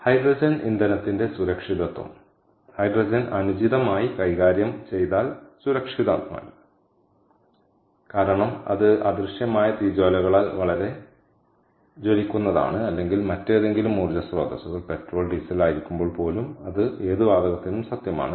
hydrogen ഇന്ധനത്തിന്റെ സുരക്ഷിതത്വം hydrogen അനുചിതമായി കൈകാര്യം ചെയ്താൽ സുരക്ഷിതമല്ല കാരണം അത് അദൃശ്യമായ തീജ്വാലകളാൽ വളരെ ജ്വലിക്കുന്നതാണ് അല്ലെങ്കിൽ മറ്റേതെങ്കിലും ഊർജ്ജ സ്രോതസ്സുകൾ പെട്രോൾ ഡീസൽ ആയിരിക്കുമ്പോൾ പോലും അത് ഏത് വാതകത്തിനും സത്യമാണ്